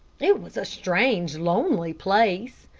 it was a strange, lonely place.